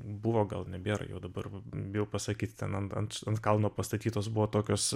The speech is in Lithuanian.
buvo gal nebėra jau dabar bijau pasakyti ten ant ant ant kalno pastatytos buvo tokios